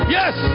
yes